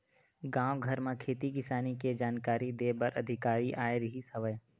गाँव घर म खेती किसानी के जानकारी दे बर अधिकारी आए रिहिस हवय